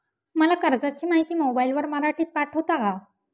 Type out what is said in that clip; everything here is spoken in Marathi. मला कर्जाची माहिती मोबाईलवर मराठीत पाठवता का?